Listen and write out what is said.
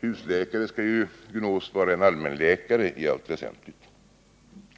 Husläkare skall ju gunås i allt väsentligt vara allmänläkare,